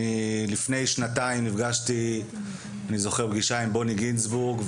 לפני שנתיים נפגשתי עם בוני גינצבורג,